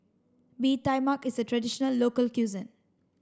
Bee Tai Mak is a traditional local cuisine